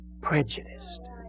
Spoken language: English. prejudiced